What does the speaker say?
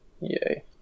Yay